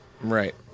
right